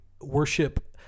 worship